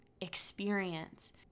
experience